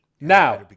Now